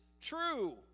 true